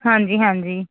ਹਾਂਜੀ ਹਾਂਜੀ